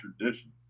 traditions